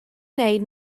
wneud